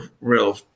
real